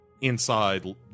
inside